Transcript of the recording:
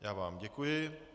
Já vám děkuji.